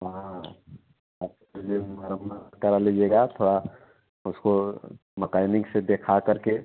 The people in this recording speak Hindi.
वहाँ आप पहले मरम्मत करा लीजिएगा थोड़ा उसको मकैनिक से देखा करके